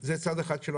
זה צד אחד שלו,